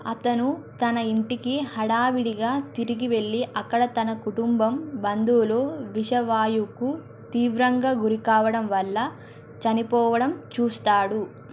అతను తన ఇంటికి హడావిడిగా తిరిగి వెళ్ళి అక్కడ తన కుటుంబం బంధువులు విష వాయువుకు తీవ్రంగా గురికావడం వల్ల చనిపోవడం చూస్తాడు